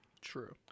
True